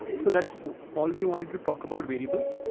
so that's all. we wanted to talk about variables.